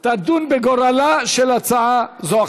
תדון בגורלה של הצעה זו.